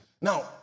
Now